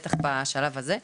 בטח בשלב הזה.